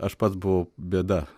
aš pats buvau bėda